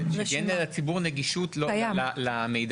שתהיה לציבור נגישות למידע.